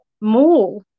more